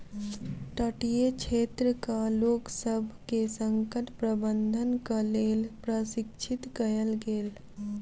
तटीय क्षेत्रक लोकसभ के संकट प्रबंधनक लेल प्रशिक्षित कयल गेल